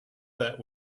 that